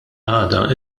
għada